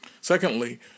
Secondly